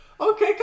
Okay